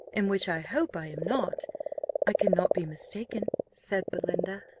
in which i hope i am not i cannot be mistaken, said belinda,